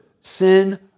sin